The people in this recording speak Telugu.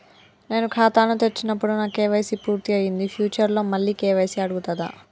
నేను ఖాతాను తెరిచినప్పుడు నా కే.వై.సీ పూర్తి అయ్యింది ఫ్యూచర్ లో మళ్ళీ కే.వై.సీ అడుగుతదా?